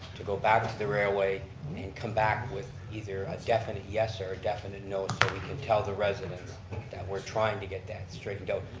to go back to the railway and come back with either a definite yes or a definitely no so we can tell the residents that we're trying to get that straightened out.